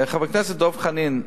חבר הכנסת דב חנין,